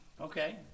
Okay